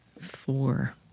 Four